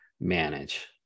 manage